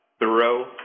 thorough